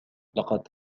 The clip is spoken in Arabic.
لقد